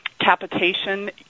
capitation